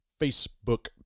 Facebook